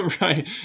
Right